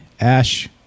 Ash